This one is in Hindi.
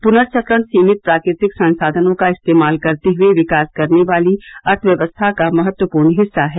पुर्नचक्रण सीमित प्राकृतिक संसाधनों का इस्तेमाल करते हुए विकास करने वाली अर्थव्यवस्था का महत्वपूर्ण हिस्सा है